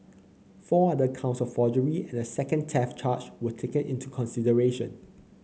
four other counts of forgery and a second theft charge were taken into consideration